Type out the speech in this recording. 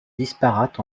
disparate